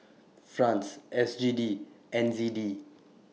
Franc S G D N Z D